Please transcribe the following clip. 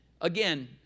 Again